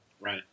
Right